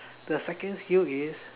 the second skill is